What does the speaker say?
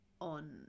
on